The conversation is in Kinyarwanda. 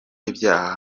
ibyaha